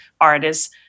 artists